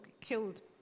killed